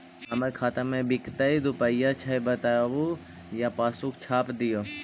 हमर खाता में विकतै रूपया छै बताबू या पासबुक छाप दियो?